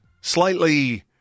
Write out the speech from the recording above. Slightly